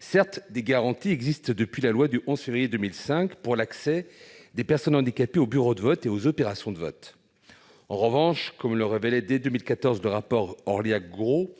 Certes, des garanties existent depuis la loi du 11 février 2005 pour l'accès des personnes handicapées aux bureaux de vote et aux opérations de vote. En revanche, comme le relevait dès 2014 le rapport Orliac-Gourault,